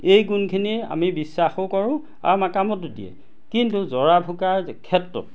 এই গুণখিনি আমি বিশ্বাসো কৰোঁ আৰু আমাৰ কামতো দিয়ে কিন্তু জৰা ফুকাৰ ক্ষেত্ৰত